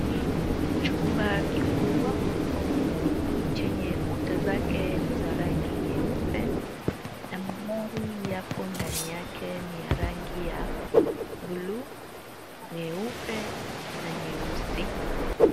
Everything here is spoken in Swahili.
Chumba kikubwa chenye kuta zake ni za rangi nyeupe na mawi yapo ndani yake ni ya rangi ya buluu, nyeupe na nyeusi.